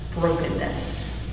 brokenness